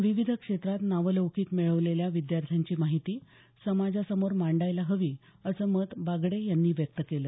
विविध क्षेत्रात नावलौकिक मिळवलेल्या विद्यार्थ्यांची माहिती समाजासमोर मांडायला हवी असं मत बागडे यांनी व्यक्त केलं